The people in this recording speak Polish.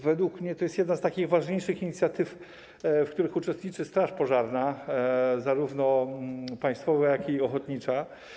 Według mnie to jest jedna z ważniejszych inicjatyw, w których uczestniczy straż pożarna, zarówno państwowa, jak i ochotnicza.